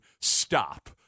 Stop